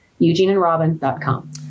eugeneandrobin.com